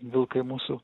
vilkai mūsų